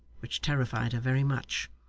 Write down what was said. which terrified her very much.